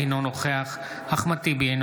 אינו נוכח אחמד טיבי, אינו